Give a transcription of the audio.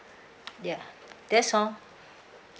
ya that's all